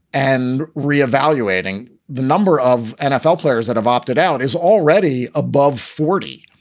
and reevaluating the number of nfl players that have opted out is already above forty,